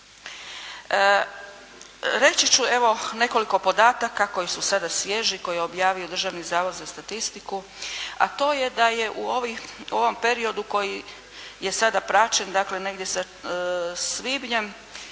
Reći ću evo nekoliko podataka koji su sada svježi, koje je objavio Državni zavod za statistiku, a to je da je u ovim, u ovom periodu koji je sada praćen dakle negdje sa svibnjem